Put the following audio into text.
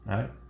Right